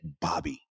Bobby